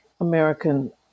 American